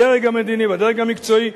הדרג המדיני והדרג המקצועי,